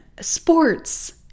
sports